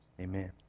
Amen